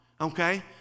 Okay